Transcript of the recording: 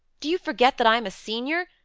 do you forget that i am a senior?